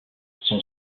son